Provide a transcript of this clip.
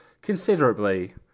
considerably